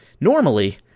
normally